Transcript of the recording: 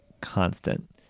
constant